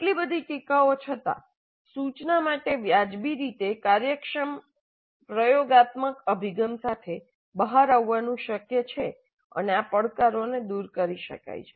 આટલી બધી ટીકાઓ છતાં સૂચના માટે વ્યાજબી રીતે કાર્યક્ષમ પ્રયોગાત્મક અભિગમ સાથે બહાર આવવાનું શક્ય છે અને આ પડકારોને દૂર કરી શકાય છે